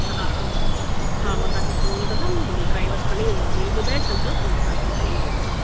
हा हा मां तव्हांखे फोन कंदमि मुंहिंजो ड्राइवर खणी वेंदव बिल ॿुधाए छॾिजोसि उहो तव्हांखे ॾेई वेंदो